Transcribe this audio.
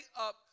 up